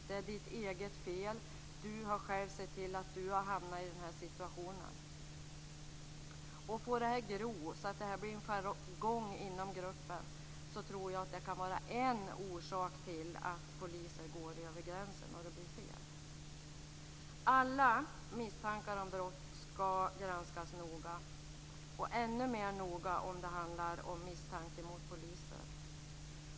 Det är ditt eget fel! Du har själv sett till att du hamnat i den här situationen! Får det gro så att det blir en jargong inom gruppen kan det vara en orsak till att poliser går över gränsen och att det blir fel. Alla misstankar om brott skall granskas noga, och ännu mer noga om det är en misstanke mot poliser.